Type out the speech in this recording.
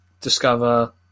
discover